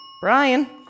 Brian